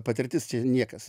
patirtis čia niekas